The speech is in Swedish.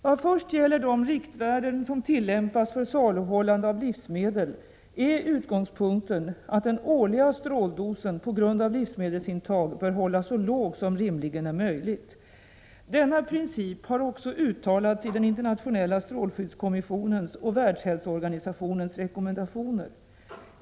Vad först gäller de riktvärden som tillämpas för saluhållande av livsmedel är utgångspunkten att den årliga stråldosen på grund av livsmedelsintag bör hållas så låg som rimligen är möjligt. Denna princip har också uttalats i den internationella strålskyddskommissionens och Världshälsoorganisationens rekommendationer.